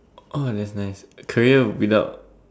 oh that's nice career without